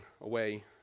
away